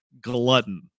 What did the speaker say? glutton